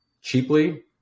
cheaply